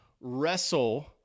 wrestle